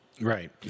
Right